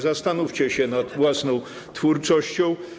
Zastanówcie się nad własną twórczością.